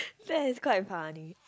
that is quite funny